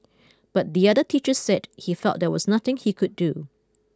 but the other teachers said he felt there was nothing he could do